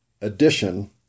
addition